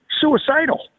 suicidal